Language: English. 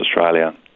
Australia